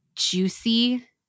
juicy